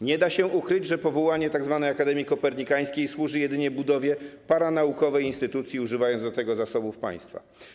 Nie da się ukryć, że powołanie tzw. Akademii Kopernikańskiej służy jedynie budowie paranaukowej instytucji przy użyciu do tego zasobów państwa.